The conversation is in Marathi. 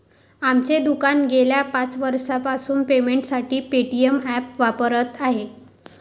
आमचे दुकान गेल्या पाच वर्षांपासून पेमेंटसाठी पेटीएम ॲप वापरत आहे